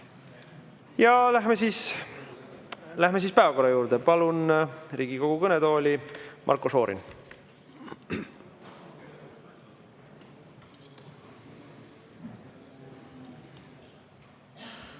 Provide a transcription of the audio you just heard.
Läheme siis päevakorra juurde. Palun Riigikogu kõnetooli Marko Šorini.